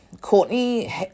Courtney